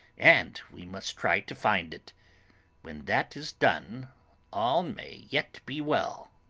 and we must try to find it when that is done all may yet be well.